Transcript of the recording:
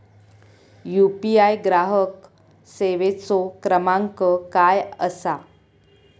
UPI ग्राहक सेवेचो क्रमांक काय असा?